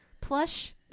plush